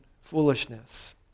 foolishness